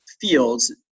fields